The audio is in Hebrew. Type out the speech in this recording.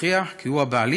להוכיח כי הוא הבעלים,